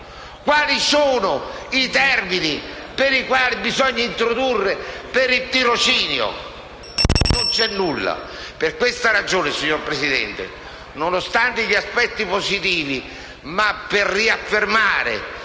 quali sono i termini che bisogna introdurre per il tirocinio. E invece, non c'è nulla. Per questa ragione, signor Presidente, nonostante gli aspetti positivi, per riaffermare